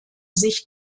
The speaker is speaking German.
sich